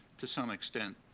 to some extent,